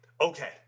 okay